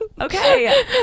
Okay